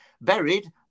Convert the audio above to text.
buried